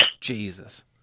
Jesus